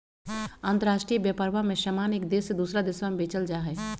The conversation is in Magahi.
अंतराष्ट्रीय व्यापरवा में समान एक देश से दूसरा देशवा में बेचल जाहई